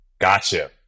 Gotcha